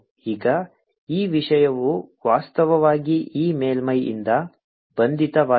ಈಗ ಈ ವಿಷಯವು ವಾಸ್ತವವಾಗಿ ಈ ಮೇಲ್ಮೈಯಿಂದ ಬಂಧಿತವಾಗಿದೆ ಎಂದು ನಾವು ನೋಡಬಹುದು